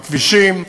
בכבישים,